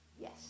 yes